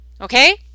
Okay